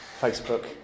Facebook